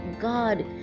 god